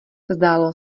zdálo